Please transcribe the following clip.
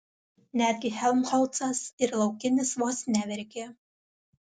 netgi helmholcas ir laukinis vos neverkė